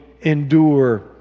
endure